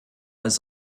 ist